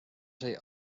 sai